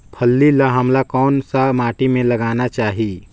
फल्ली ल हमला कौन सा माटी मे लगाना चाही?